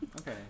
Okay